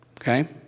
Okay